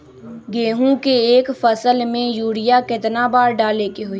गेंहू के एक फसल में यूरिया केतना बार डाले के होई?